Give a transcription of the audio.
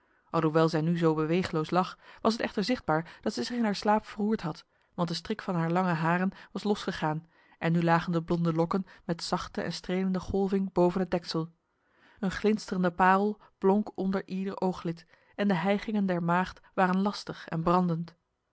alhoewel zij nu zo beweegloos lag was het echter zichtbaar dat zij zich in haar slaap verroerd had want de strik van haar lange haren was losgegaan en nu lagen de blonde lokken met zachte en strelende golving boven het deksel een glinsterende parel blonk onder ieder ooglid en de hijgingen der maagd waren lastig en brandend